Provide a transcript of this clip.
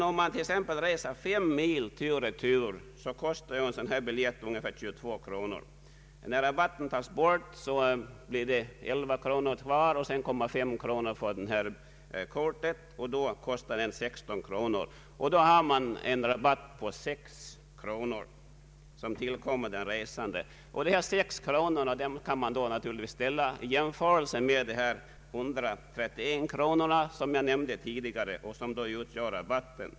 Om man t.ex. reser fem mil tur och retur kostar biljetten ungefär 22 kronor. När rabatten tas bort blir det 11 kronor kvar. Till detta kommer 5 kronor för kortet. Biljetten kostar alltså 16 kronor, och man får en rabatt på 6 kronor. Dessa 6 kronor kan naturligtvis jämföras med de 131 kronor som jag nämnde tidigare och som i det fallet utgör rabatten.